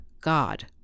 God